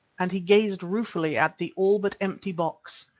and he gazed ruefully at the all but empty box.